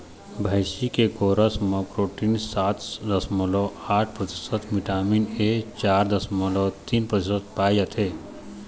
भइसी के गोरस म प्रोटीन सात दसमलव आठ परतिसत, बिटामिन ए चार दसमलव तीन परतिसत पाए जाथे